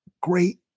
great